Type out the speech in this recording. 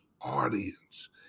audience